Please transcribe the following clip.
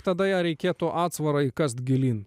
tada ją reikėtų atsvarai kasti gilyn